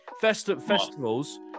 festivals